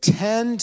ten